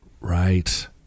Right